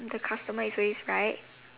the customer is always right